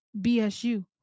BSU